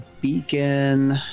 Beacon